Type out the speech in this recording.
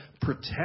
protect